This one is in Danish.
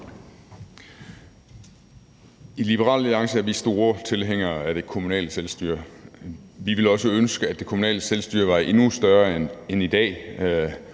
I Liberal Alliance er vi store tilhængere af det kommunale selvstyre. Vi ville også ønske, at det kommunale selvstyre var endnu større end i dag.